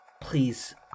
Please